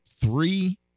three